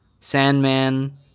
Sandman